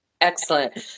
Excellent